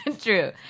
true